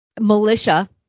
militia